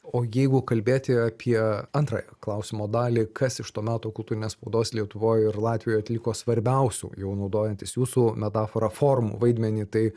o jeigu kalbėti apie antrąją klausimo dalį kas iš to meto kultūrinės spaudos lietuvoj ir latvijoj atliko svarbiausių jau naudojantis jūsų metafora formų vaidmenį tai